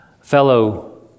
fellow